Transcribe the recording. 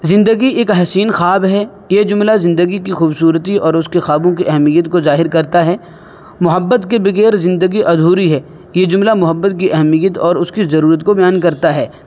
زندگی ایک حسین خواب ہے یہ جملہ زندگی کی خوبصورتی اور اس کے خوابوں کے اہمیت کو ظاہر کرتا ہے محبت کے بغیر زندگی ادھوری ہے یہ جملہ محبت کی اہمیت اور اس کے ضرورت کو بیان کرتا ہے